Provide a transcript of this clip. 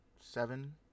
seven